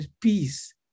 peace